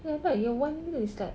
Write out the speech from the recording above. ya lah you one meal is like